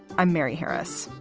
i'm mary harris.